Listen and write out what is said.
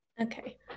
Okay